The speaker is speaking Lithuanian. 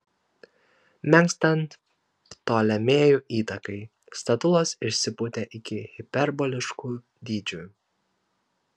menkstant ptolemėjų įtakai statulos išsipūtė iki hiperboliškų dydžių